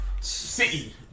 City